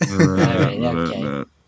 Okay